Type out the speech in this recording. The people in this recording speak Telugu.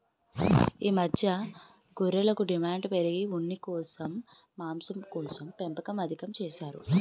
ఈ మధ్య గొర్రెలకు డిమాండు పెరిగి ఉన్నికోసం, మాంసంకోసం పెంపకం అధికం చేసారు